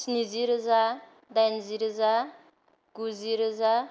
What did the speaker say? स्निजि रोजा दाइनजि रोजा गुजि रोजा